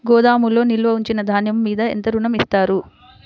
గోదాములో నిల్వ ఉంచిన ధాన్యము మీద ఎంత ఋణం ఇస్తారు?